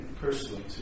personally